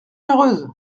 heureuse